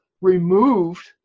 removed